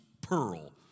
pearl